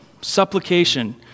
supplication